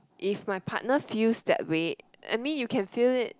if my partner feels that way I mean you can feel it